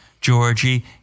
Georgie